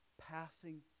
passing